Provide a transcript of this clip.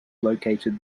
located